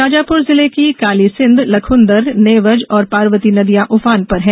शाजापुर जिले में कालीसिंघ लखुन्दर नेवज और पार्वती नदियां उफान पर हैं